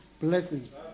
blessings